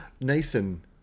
Nathan